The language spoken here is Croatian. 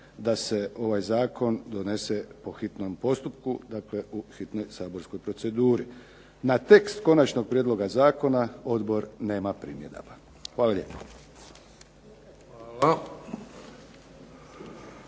da se ovaj zakon donese po hitnom postupku, dakle u hitnoj saborskoj proceduri. Na tekst konačnog prijedloga zakona odbor nema primjedaba. Hvala lijepo.